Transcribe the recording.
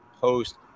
post